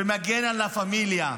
ומגן על לה פמיליה.